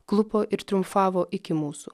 klupo ir triumfavo iki mūsų